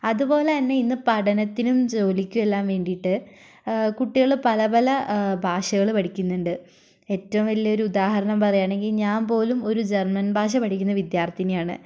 അതുപോലെതന്നെ ഇന്ന് പഠനത്തിനും ജോലിക്കുമെല്ലാം വേണ്ടിയിട്ട് കുട്ടികൾ പല പല ഭാഷകൾ പഠിക്കുന്നുണ്ട് ഏറ്റവും വലിയൊരു ഉദാഹരണം പറയുകയാണെങ്കിൽ ഞാൻ പോലും ഒരു ജർമ്മൻ ഭാഷ പഠിക്കുന്ന വിദ്യാർഥിനിയാണ്